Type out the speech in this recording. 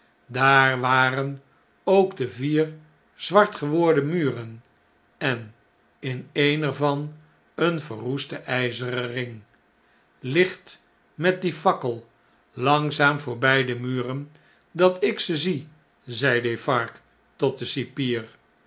daar waren ook de vier zwart geworden muren en in een er van een verroeste ijzeren ring licht met die fakkel langzaam voorbij de muren dat ik ze zie zei defarge tot den cipier